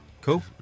Cool